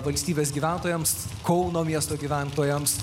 valstybės gyventojams kauno miesto gyventojams